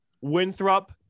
Winthrop